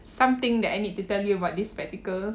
something that I need to tell you about this spectacle